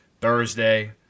Thursday